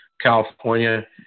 california